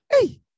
Hey